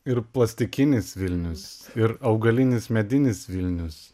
ir plastikinis vilnius ir augalinis medinis vilnius